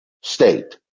state